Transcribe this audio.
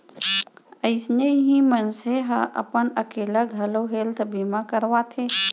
अइसने ही मनसे ह अपन अकेल्ला घलौ हेल्थ बीमा करवाथे